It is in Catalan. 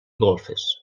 golfes